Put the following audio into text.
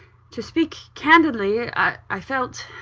to speak candidly, i felt